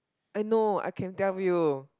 I know I can tell you